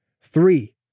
Three